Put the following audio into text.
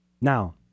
Now